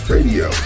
Radio